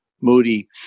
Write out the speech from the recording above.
moody